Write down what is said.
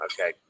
Okay